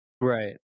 right